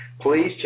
please